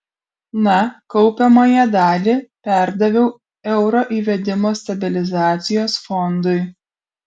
na kaupiamąją dalį perdaviau euro įvedimo stabilizacijos fondui